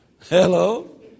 Hello